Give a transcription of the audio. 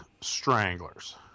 Stranglers